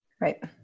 Right